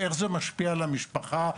איך זה משפיע על המשפחה וכדומה.